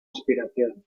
inspiración